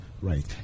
Right